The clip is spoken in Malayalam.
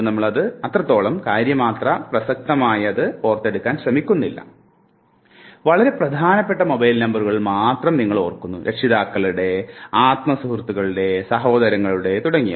നിങ്ങൾക്ക് വളരെ പ്രധാനപ്പെട്ട മൊബൈൽ നമ്പറുകൾ മാത്രം നിങ്ങൾ ഓർക്കുന്നു രക്ഷകർത്താക്കളുടെ ആത്മ സുഹൃത്തുക്കളുടെ സഹോദരങ്ങളുടെ തുടങ്ങിയവ